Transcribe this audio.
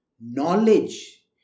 Knowledge